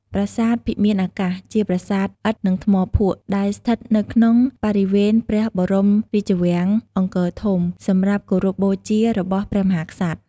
ប្រាសាទភិមានអាកាស ជាប្រាសាទឥដ្ឋ និងថ្មភក់ដែលស្ថិតនៅក្នុងបរិវេណព្រះបរមរាជវាំងអង្គរធំ សម្រាប់គោរពបូជារបស់ព្រះមហាក្សត្រ។